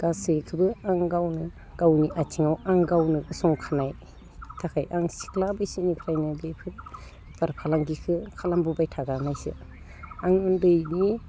गासैखोबो आं गावनो गावनि आथिङाव आं गावनो गसंखानाय थाखाय आं सिख्ला बैसोनिफ्रायनो बेफोर बेफार फालांगिखो खालामबोबाय थागारनायसो आं उन्दैनि